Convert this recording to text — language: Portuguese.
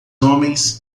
homens